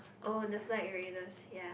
oh the flag raisers ya